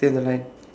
stay on the line